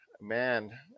Man